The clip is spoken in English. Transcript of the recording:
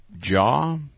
Jaw